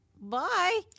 Bye